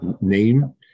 name